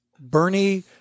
Bernie